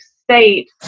state